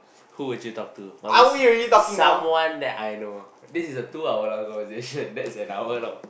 who would you talk to must be someone that I know this is a two hour long conversation that's an hour long